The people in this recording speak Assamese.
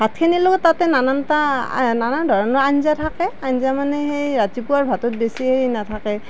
ভাতখিনিৰ লগত তাতে নানানতা আ নানা ধৰণৰ আঞ্জা থাকে আঞ্জা মানে সেই ৰাতিপুৱাৰ ভাতত বেছি হেৰি নাথাকে